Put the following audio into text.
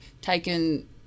taken